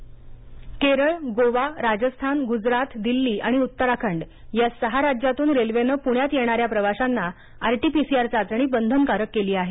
चाचणी केरळ गोवा राजस्थान गुजरात दिल्ली आणि उत्तराखंड या सहा राज्यांतून रेल्वेनं पुण्यात येणाऱ्या प्रवाशांना आरटी पीसीआर चाचणी बंधनकारक केली आहे